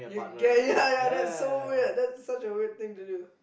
get ya ya that's so weird that's such a weird thing to do